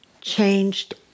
changed